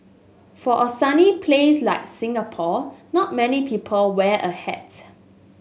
for a sunny place like Singapore not many people wear a hat